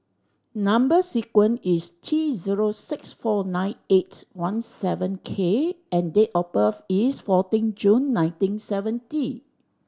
number sequence is T zero six four nine eight one seven K and date of birth is fourteen June nineteen seventy